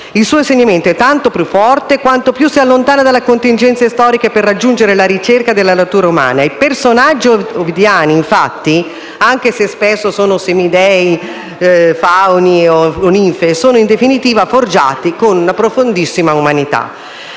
Il suo insegnamento è tanto più forte quanto più si allontana dalle contingenze storiche per raggiungere la ricerca della natura umana. I personaggi ovidiani infatti, anche se spesso sono semidei, fauni e ninfe, sono in definitiva forgiati con una profondissima umanità.